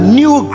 new